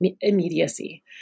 immediacy